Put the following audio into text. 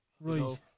Right